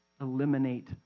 eliminate